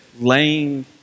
laying